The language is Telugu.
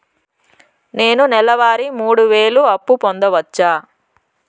నేను నెల వారి మూడు వేలు అప్పు పొందవచ్చా?